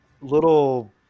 little